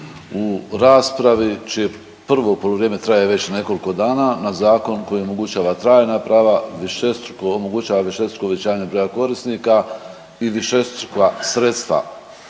u raspravi čije prvo poluvrijeme traje već nekoliko dana na zakon koji omogućava trajna prava višestruko, omogućava višestruko uvećanje broja korisnika i višestruka sredstva.